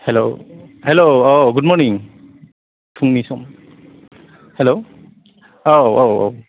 hello hello औ good morning फुंनि सम हेलौ औ औ औ